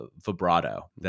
vibrato